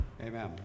Amen